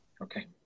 Okay